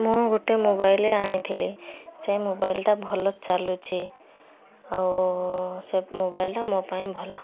ମୁଁ ଗୋଟେ ମୋବାଇଲ୍ ଆଣିଥିଲି ସେଇ ମୋବାଇଲ୍ ଟା ଭଲ ଚାଲୁଛି ଆଉ ସେ ମୋବାଇଲ୍ ଟା ମୋ ପାଇଁ ଭଲ